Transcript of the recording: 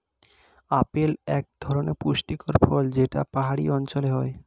apple এক ধরনের পুষ্টিকর ফল যেটা পাহাড়ি অঞ্চলে হয়